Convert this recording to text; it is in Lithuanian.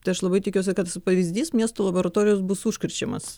tai aš labai tikiuosi kad tas pavyzdys miesto laboratorijos bus užkrečiamas